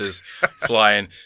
flying